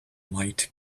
light